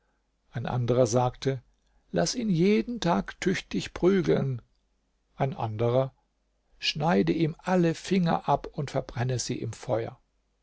ein anderer sagte laß ihn jeden tag tüchtig prügeln ein anderer schneide ihm alle finger ab und verbrenne sie im feuer